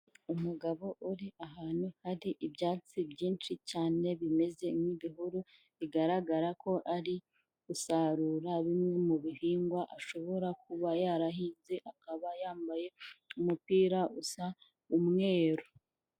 Umugabo uri ahantu hari ibyatsi byinshi cyane bimeze nk'ibihuru, bigaragara ko ari gusarura bimwe mu bihingwa ashobora kuba yarahinze, akaba yambaye umupira usa umweru.